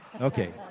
Okay